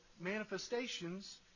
manifestations